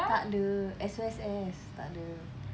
takde S_U_S_S takde